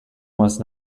must